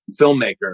filmmaker